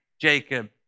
Jacob